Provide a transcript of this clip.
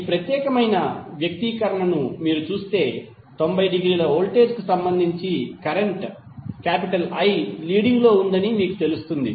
ఈ ప్రత్యేకమైన వ్యక్తీకరణను మీరు చూస్తే 90 డిగ్రీల వోల్టేజ్ కు సంబంధించి కరెంట్ I లీడింగ్ లో ఉందని మీకు తెలుస్తుంది